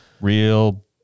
Real